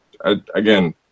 again